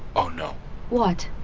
oh no what?